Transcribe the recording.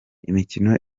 imikino